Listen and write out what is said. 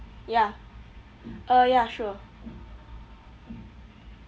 ya uh ya sure